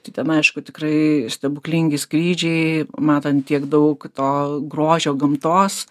tai ten aišku tikrai stebuklingi skrydžiai matant tiek daug to grožio gamtos